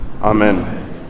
Amen